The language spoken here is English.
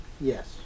Yes